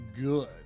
good